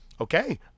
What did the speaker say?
Okay